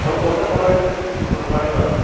तुम्हाला कोणत्या क्वालिटीची साडी पाहिजे